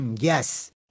yes